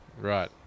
Right